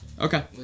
Okay